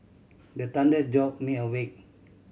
the thunder jolt me awake